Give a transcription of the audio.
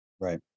Right